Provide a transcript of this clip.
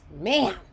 Man